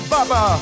Baba